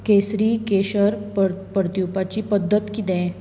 केसरी केशर परतीवपाची पद्दत कितें